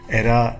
era